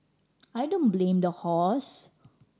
I don't blame the horse